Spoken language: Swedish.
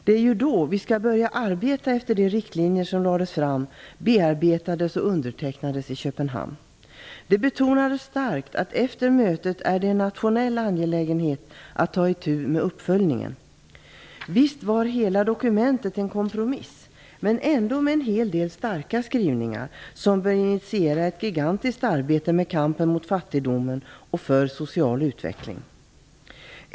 Det är ju då vi skall börja arbeta efter de riktlinjer som lades fram, bearbetades och undertecknades i Det betonades starkt att efter mötet är det en nationell angelägenhet att ta itu med uppföljningen. Visst var hela dokumentet en kompromiss, men ändå med en hel del starka skrivningar, som bör initiera ett gigantiskt arbete med kampen mot fattigdomen och för social utveckling.